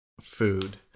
food